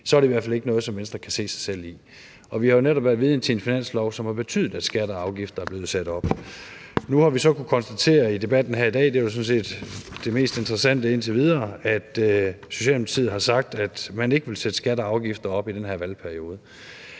– så i hvert fald ikke er noget, som Venstre kan se sig selv i. Og vi har jo netop været vidne til en finanslov, som har betydet, at skatter og afgifter er blevet sat op. Nu har vi så kunnet konstatere i debatten her i dag – det er jo sådan set det mest interessante indtil videre – at Socialdemokratiet har sagt, at man ikke vil sætte skatter og afgifter op i den her valgperiode.